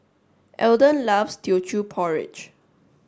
Elden loves Teochew porridge